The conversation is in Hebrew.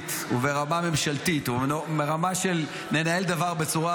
ניהולית וברמה ממשלתית וברמה של לנהל דבר בצורה